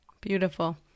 Beautiful